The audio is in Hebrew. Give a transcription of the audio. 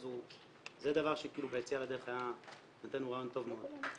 אז זה דבר שביציאה לדרך היה מבחינתנו רעיון טוב מאוד.